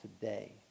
today